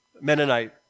Mennonite